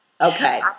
Okay